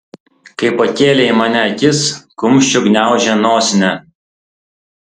kai pakėlė į mane akis kumščiu gniaužė nosinę